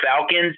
Falcons